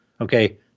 okay